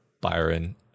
Byron